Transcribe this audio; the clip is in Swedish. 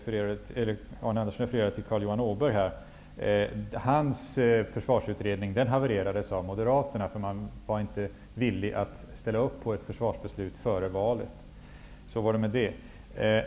Moderaterna, eftersom man inte var villig att ställa sig bakom ett försvarsbeslut före valet. Så var det med det.